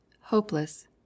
hopeless